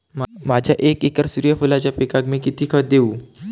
माझ्या एक एकर सूर्यफुलाच्या पिकाक मी किती खत देवू?